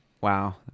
Wow